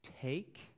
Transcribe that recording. take